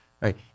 Right